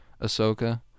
Ahsoka